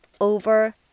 over